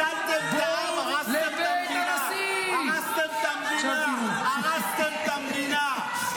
פיצלתם את העם, הרסתם את המדינה.